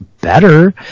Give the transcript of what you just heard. better